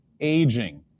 aging